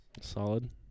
Solid